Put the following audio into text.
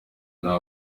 nta